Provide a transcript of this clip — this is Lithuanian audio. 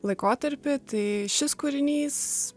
laikotarpį tai šis kūrinys